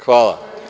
Hvala.